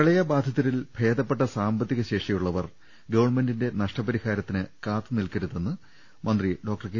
പ്രളയബാധിതരിൽ ഭേദപ്പെട്ട സാമ്പത്തിക ശേഷിയുള്ള വർ ഗവൺമെന്റിന്റെ നഷ്ടപരിഹാരത്തിന് കാത്തുനിൽക്ക രുതെന്ന് മന്ത്രി കെ